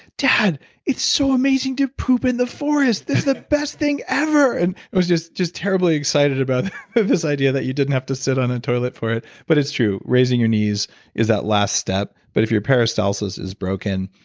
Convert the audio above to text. dad, it's so amazing to poop in the forest. that's the best thing ever. and he was just just terribly excited about this idea that you didn't have to sit on a toilet for it. but it's true. raising your knees is that last step, but if your peristalsis is broken,